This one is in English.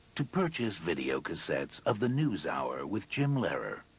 to purchase videocassettes of the newshour with jim lehrer,